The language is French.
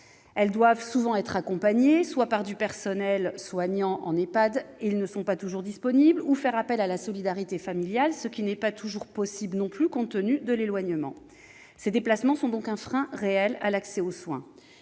personnes doivent être accompagnées par des membres du personnel soignant -or, en EHPAD, ces derniers ne sont pas toujours disponibles -ou faire appel à la solidarité familiale, ce qui n'est pas toujours possible non plus, compte tenu des situations d'éloignement. Ces déplacements sont donc un frein réel à l'accès aux soins.